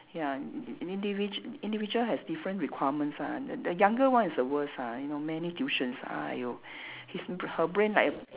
ya n~ n~ indivi~ individual has different requirements ah the the younger one is the worst ah you know many tuitions !aiyo! his b~ her brain like